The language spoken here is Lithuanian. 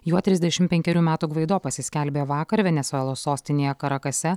juo trisdešim penkerių metų gvaido pasiskelbė vakar venesuelos sostinėje karakase